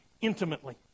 intimately